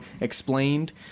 Explained